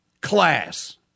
Class